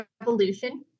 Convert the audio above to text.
Revolution